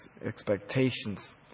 expectations